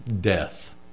Death